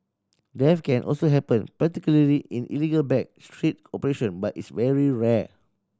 death can also happen particularly in illegal back street operation but is very rare